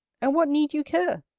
and what need you care?